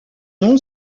nom